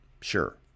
sure